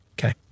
Okay